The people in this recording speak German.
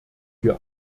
wir